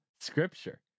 Scripture